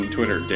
Twitter